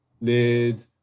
Lid